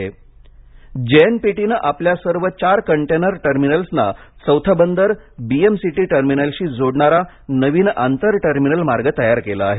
container बंदर जेएनपीटीने आपल्या सर्व चार कंटेनर टर्मिनल्सना चौथे बंदर बीएमसीटी टर्मिनलशी जोडणारा नवीन आंतर टर्मिनल मार्ग तयार केला आहे